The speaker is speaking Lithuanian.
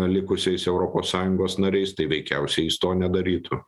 likusiais europos sąjungos nariais tai veikiausiai jis to nedarytų